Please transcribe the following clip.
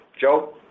Joe